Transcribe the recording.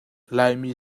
laimi